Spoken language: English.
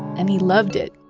and he loved it.